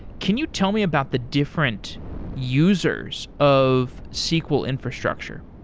can you tell me about the different users of sql infrastructure?